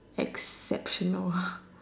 exceptional